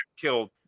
killed